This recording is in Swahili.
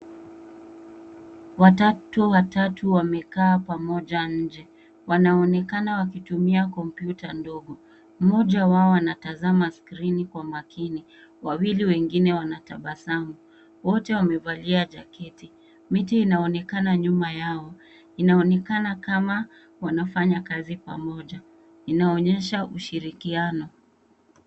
Watatu wamekaa pamoja nje, wanaonekana wakitumia kompyuta ndogo. Mmoja wao anatazama skrini kwa makini, wawili wengine wanatabasamu, wote wamevalia jaketi, miti inaonekana nyuma yao, inaonekana kama wanafanya kazi pamoja. Inaonyesha ushirikiano.